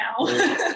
now